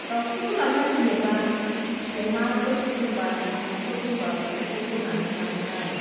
दाउखौथ' लाङा जेनेबा अमाफोर दंब्ला मोसौफोर दंब्ला बेफोरखौ बोनानै लाङो आरो